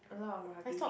a lot of rubbish